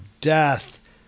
death